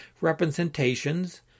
representations